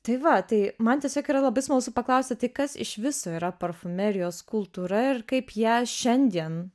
tai va tai man tiesiog yra labai smalsu paklausti tai kas iš viso yra parfumerijos kultūra ir kaip ją šiandien